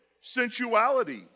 sensuality